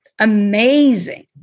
Amazing